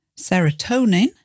Serotonin